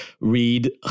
read